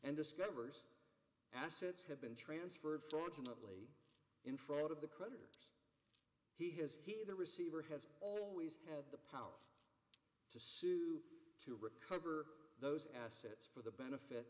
and discovers assets have been transferred fortunately in front of the credit he has he the receiver has always had the power to sue to recover those assets for the benefit